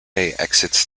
exits